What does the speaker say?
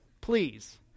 Please